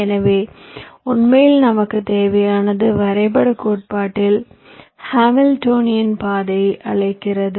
எனவே உண்மையில் நமக்குத் தேவையானது வரைபடக் கோட்பாட்டில் ஹாமில்டோனிய பாதையை அழைக்கிறது